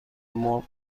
مرغ